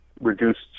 reduced